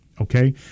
okay